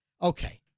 Okay